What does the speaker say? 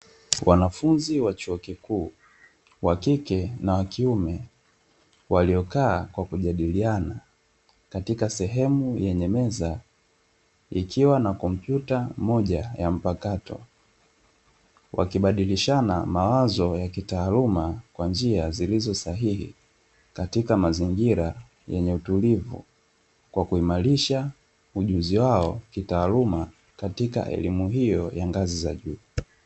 Wanafunzi wa chuo kikuu wakike na wakiume waliokaa kwa kujadiliana katika sehemu yenye meza ikiwa na kompyuta moja ya mpakato, wakibadilishana mawazo ya kitaaluma kwa njia zilizo sahihi katika mazingira yenye utulivu kwa kuimarisha ujuzi wao kitaaluma katika elimu hiyo ya ngazi za juu.